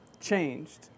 changed